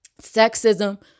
Sexism